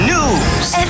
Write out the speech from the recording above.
News